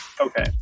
Okay